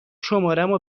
شمارمو